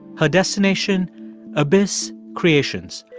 her destination abyss creations,